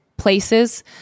places